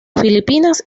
filipinas